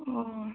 অঁ